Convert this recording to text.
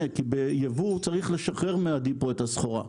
כי בייבוא צריך לשחרר את הסחורה מהדיפו.